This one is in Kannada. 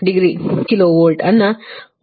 14 ಕೋನ 7